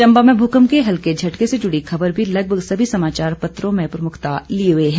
चंबा में मूंकप के हल्के झटके से जुड़ी खबर भी लगभग सभी समाचार पत्रों में प्रमुखता लिये हुए है